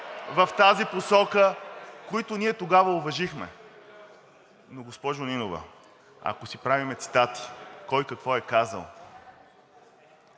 в тази посока, които ние тогава уважихме. Но, госпожо Нинова, ако си правим цитати – кой какво е казал,